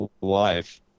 life